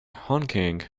honking